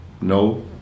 no